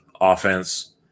offense